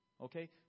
Okay